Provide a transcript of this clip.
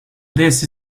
this